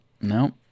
no